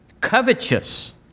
Covetous